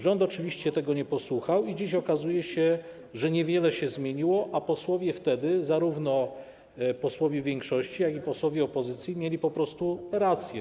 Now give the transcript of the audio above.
Rząd oczywiście tego nie posłuchał i dzisiaj okazuje się, że niewiele się zmieniło, zaś posłowie - wtedy zarówno posłowie większości, jak i posłowie opozycji - mieli po prostu rację.